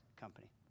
company